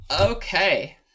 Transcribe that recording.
Okay